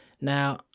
Now